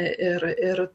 ir ir